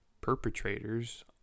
perpetrators